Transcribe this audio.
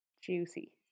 Juicy